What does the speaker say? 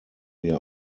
wir